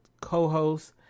co-host